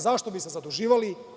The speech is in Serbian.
Zašto bismo se zaduživali?